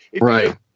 Right